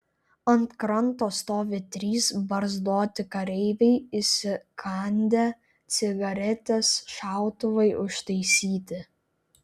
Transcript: ant kranto stovi trys barzdoti kareiviai įsikandę cigaretes šautuvai užtaisyti